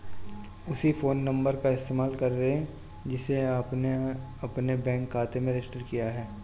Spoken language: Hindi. उसी फ़ोन नंबर का इस्तेमाल करें जिसे आपने अपने बैंक खाते में रजिस्टर किया है